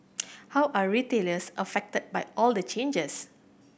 how are retailers affected by all the changes